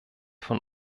von